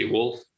Wolf